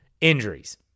injuries